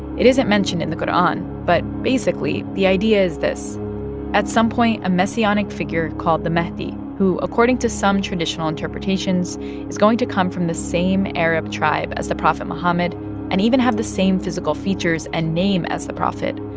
it isn't mentioned in the quran. but basically, the idea is this at some point, a messianic figure called the mahdi, who according to some traditional interpretations is going to come from the same arab tribe as the prophet muhammad and even have the same physical features and name as the prophet,